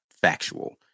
factual